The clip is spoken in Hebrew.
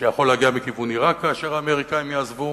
שיכול להגיע מכיוון עירק כאשר האמריקנים יעזבו,